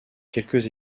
quelques